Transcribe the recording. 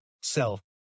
self